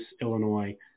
Illinois